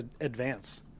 Advance